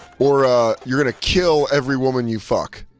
or you're gonna kill every woman you fuck.